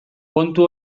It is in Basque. kontu